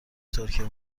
ترکیه